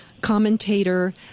commentator